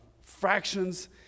fractions